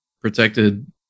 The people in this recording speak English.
protected